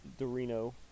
Dorino